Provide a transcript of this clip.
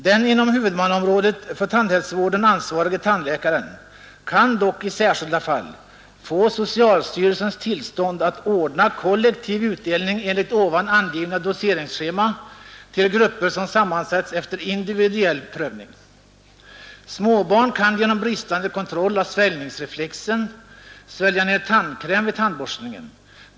Den inom huvudmannaområdet för tandhälsovården ansvariga tandläkaren kan dock i särskilda fall få socialstyrelsens tillstånd att ordna kollektiv utdelning enligt ovan angivna doseringsschema till grupper som sammansatts efter individuell prövning. Småbarn kan genom bristande kontroll av sväljningsreflexen svälja ner tandkräm vid tandborstningen.